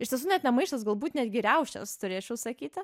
iš tiesų net ne maištas galbūt netgi riaušės turėčiau sakyti